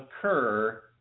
occur